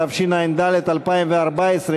התשע"ד 2014,